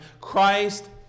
Christ